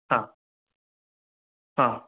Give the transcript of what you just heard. हां हां